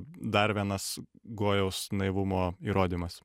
dar vienas gojaus naivumo įrodymas